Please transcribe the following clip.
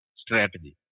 strategy